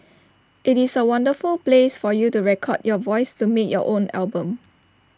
IT is A wonderful place for you to record your voice to make your own album